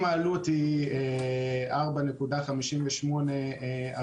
אם העלות היא 4.58 אגורות,